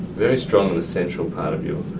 very strong in the central part of you.